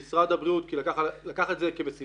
באיתנים המקרה הוא שמשרד הבריאות לקח את זה כמשימה,